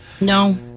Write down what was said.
No